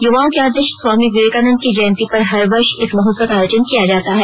युवाओं के आदर्श स्वामी विवेकानंद की जयंती पर हर वर्ष इस महोत्सव का आयोजन किया जाता है